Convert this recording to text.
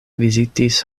vizitis